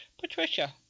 Patricia